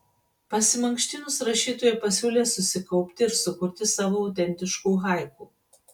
pasimankštinus rašytoja pasiūlė susikaupti ir sukurti savo autentiškų haiku